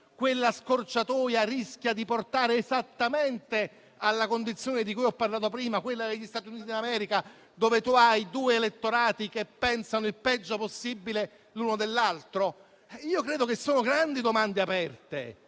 quella scorciatoia rischia di portare esattamente alla condizione di cui ho parlato prima, quella degli Stati Uniti d'America, dove ci sono due elettorati che pensano il peggio possibile l'uno dell'altro? Credo che queste siano grandi domande aperte,